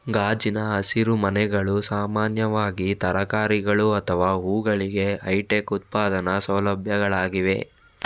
ಗಾಜಿನ ಹಸಿರುಮನೆಗಳು ಸಾಮಾನ್ಯವಾಗಿ ತರಕಾರಿಗಳು ಅಥವಾ ಹೂವುಗಳಿಗೆ ಹೈಟೆಕ್ ಉತ್ಪಾದನಾ ಸೌಲಭ್ಯಗಳಾಗಿವೆ